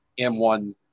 M1